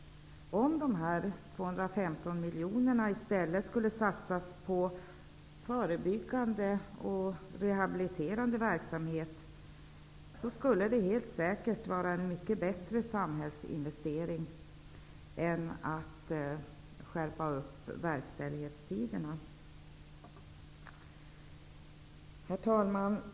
Om de 215 miljonerna i detta sammanhang i stället satsades på förebyggande och rehabiliterande verksamhet skulle det helt säkert vara en mycket bättre samhällsinvestering än vad en skärpning av verkställighetstiderna är. Herr talman!